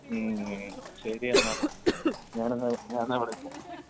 മ്മ് ശരി എന്നാൽ ഞാൻ എന്നാൽ വിളിക്കാം വിളിച്ചോ